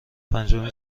پنجمین